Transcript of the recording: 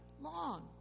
long